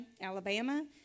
Alabama